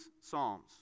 psalms